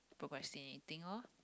procrastinating orh